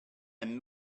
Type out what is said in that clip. and